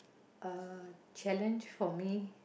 a challenge for me